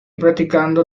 practicando